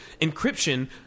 Encryption